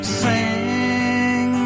sing